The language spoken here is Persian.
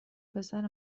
پسر